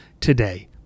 today